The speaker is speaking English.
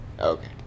okay